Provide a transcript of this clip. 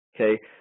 Okay